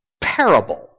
parable